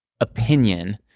opinion